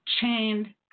chained